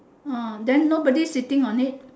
ah then no body sitting on it